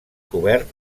cobert